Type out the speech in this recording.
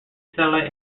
satellite